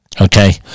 okay